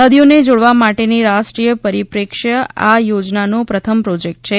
નદીઓને જોડવા માટેની રાષ્ટ્રીય પરિપ્રેક્ષ્ય આ યોજનાનો પ્રથમ પ્રોજેક્ટ છે